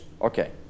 Okay